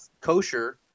kosher